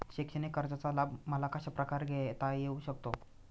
शैक्षणिक कर्जाचा लाभ मला कशाप्रकारे घेता येऊ शकतो?